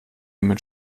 mit